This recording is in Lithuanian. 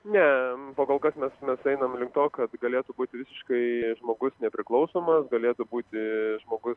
ne pa kol kas mes mes einam link to kad galėtų būti visiškai žmogus nepriklausomas galėtų būti žmogus